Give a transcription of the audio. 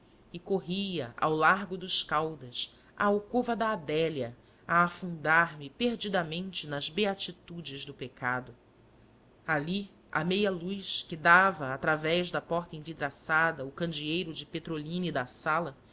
e corria ao largo dos caídas à alcova da adélia a afundar me perdidamente nas beatitudes do pecado ali à meia luz que dava através da porta envidraçada o candeeiro de petrolina da sala